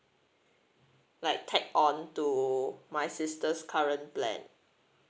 like tag on to my sister's current plan